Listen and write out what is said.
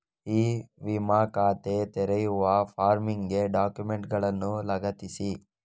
E ವಿಮಾ ಖಾತೆ ತೆರೆಯುವ ಫಾರ್ಮಿಗೆ ಡಾಕ್ಯುಮೆಂಟುಗಳನ್ನು ಲಗತ್ತಿಸಿ